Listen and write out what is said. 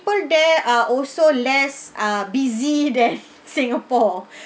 ~ple there are also less uh busy than singapore